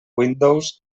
windows